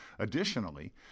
Additionally